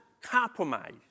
compromise